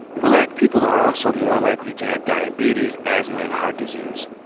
black people are also more likely to have diabetes, asthma and heart disease,